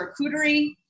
charcuterie